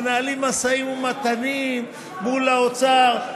מתנהלים משאים ומתנים מול האוצר.